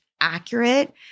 accurate